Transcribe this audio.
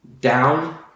down